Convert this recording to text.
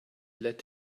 let